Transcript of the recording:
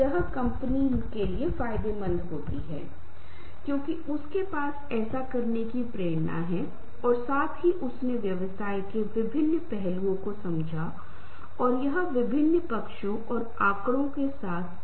महत्वपूर्ण है क्योंकि अन्य सहकर्मी प्रभावित हो रहे हैं और उन्हें लगता है कि मुझे क्यों करना चाहिए अगर अन्य लोग हैं या उनमें से एक सिर्फ बेकार बैठे हैं और सभी लाभ प्राप्त कर रहे हैं